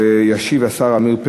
1416 ו-1427.